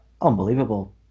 unbelievable